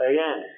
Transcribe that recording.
Again